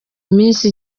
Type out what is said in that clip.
iminsi